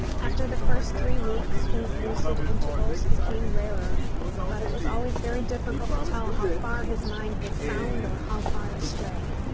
after the first three weeks these lucid intervals became rarer but it was always very difficult to tell how far his mind was sound or how far astray.